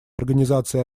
организации